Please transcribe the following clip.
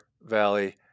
Valley